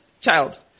child